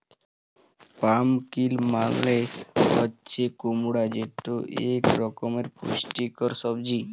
pumpkin মালে হছে কুমড়া যেট ইক রকমের পুষ্টিকর সবজি